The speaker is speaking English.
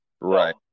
Right